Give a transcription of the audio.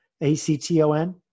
A-C-T-O-N